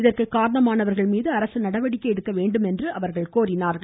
இதற்கு காரணமாணவர்கள் மீது அரசு நடவடிக்கை எடுக்க வேண்டுமென்று கோரினா்கள்